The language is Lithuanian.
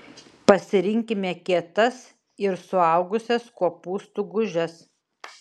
parinkime kietas ir suaugusias kopūstų gūžes